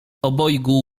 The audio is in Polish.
obojgu